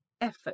effort